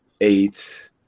eight